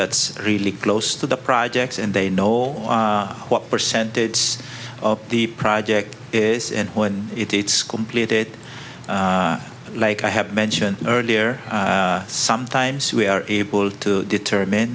that's really close to the projects and they know what percentage of the project is and when it's completed like i have mentioned earlier sometimes we are able to determine